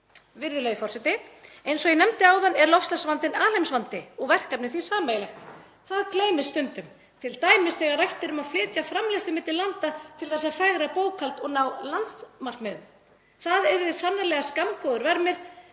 Virðulegi forseti. Eins og ég nefndi áðan er loftslagsvandinn alheimsvandi og verkefnið því sameiginlegt. Það gleymist stundum, t.d. þegar rætt er um að flytja framleiðslu milli landa til að fegra bókhald og ná landsmarkmiðum. Það yrði sannarlega skammgóður vermir